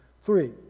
Three